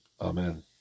Amen